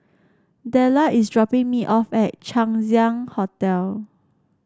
Della is dropping me off at Chang Ziang Hotel